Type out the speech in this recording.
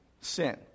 Sin